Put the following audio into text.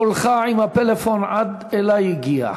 קולך עם הפלאפון עד אלי הגיע.